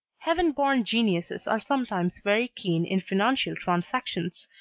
heaven-born geniuses are sometimes very keen in financial transactions,